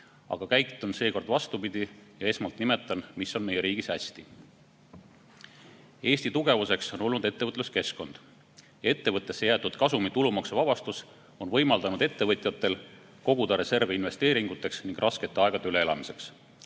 Aga käitun seekord vastupidi ja esmalt nimetan, mis on meie riigis hästi. Eesti tugevuseks on olnud ettevõtluskeskkond. Ettevõttesse jäetud kasumi tulumaksuvabastus on võimaldanud ettevõtjatel koguda reserve investeeringuteks ning raskete aegade üleelamiseks.